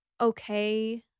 okay